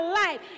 life